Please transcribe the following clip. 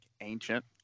ancient